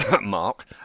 Mark